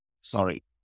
Sorry